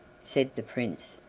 said the prince,